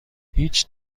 هیچ